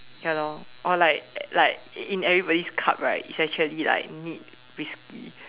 ya lor or like like in everybody's cup right is actually like neat whisky